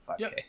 5K